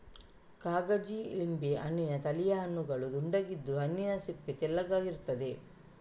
ಕಾಗಜಿ ಲಿಂಬೆ ಹಣ್ಣಿನ ತಳಿಯ ಹಣ್ಣುಗಳು ದುಂಡಗಿದ್ದು, ಹಣ್ಣಿನ ಸಿಪ್ಪೆ ತೆಳುವಾಗಿರ್ತದೆ